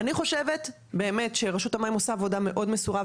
אני חושבת באמת שרשות המים עושה עבודה מאוד מסורה,